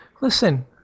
Listen